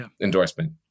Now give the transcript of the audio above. endorsement